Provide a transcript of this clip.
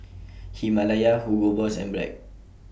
Himalaya Hugo Boss and Bragg